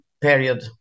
period